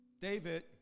David